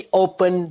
open